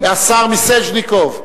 השר מיסז'ניקוב.